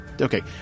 Okay